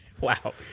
wow